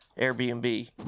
Airbnb